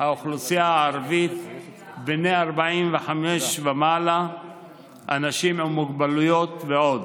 והם יושבים בבית ולא מתחילים לעבוד,